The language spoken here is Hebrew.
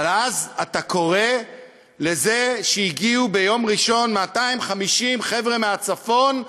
אבל אז אתה קורא לזה שהגיעו ביום ראשון 250 חבר'ה מהצפון,